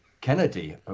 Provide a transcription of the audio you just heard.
Kennedy